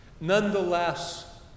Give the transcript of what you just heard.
Nonetheless